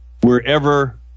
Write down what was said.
wherever